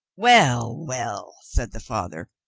well, well, said the father,